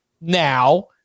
Now